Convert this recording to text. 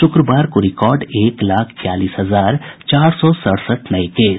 शुक्रवार को रिकार्ड एक लाख छियालीस हजार चार सौ सड़सठ नये केस